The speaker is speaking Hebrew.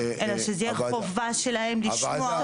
אלא שזה יהיה חובה שלהם לשמוע?